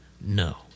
no